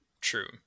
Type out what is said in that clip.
true